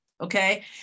okay